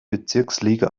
bezirksliga